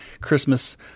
Christmas